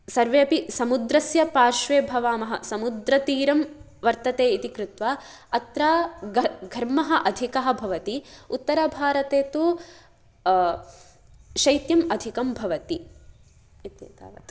सर्वेपि समुद्रस्य पार्श्वे भवामः समुद्रतीरं वर्तते इति कृत्वा अत्र घर् घर्मः अधिकः भवति उत्तरभारते तु शैत्यम् अधिकं भवति इत्येतावत्